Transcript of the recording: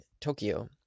Tokyo